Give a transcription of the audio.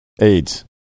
AIDS